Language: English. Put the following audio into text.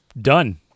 done